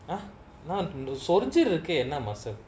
ah நா இந்த சொரிஞ்சிருக்கு என்னா:na intha sorinjiruku ennaa muscle